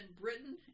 Britain